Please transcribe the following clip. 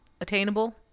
attainable